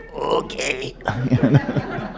okay